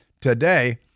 today